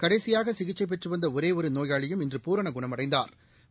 கடைசியாக சிகிச்சை பெற்றுவந்த ஒரேயொரு நோயாளியும் இன்று பூரண குணமடைந்தாா்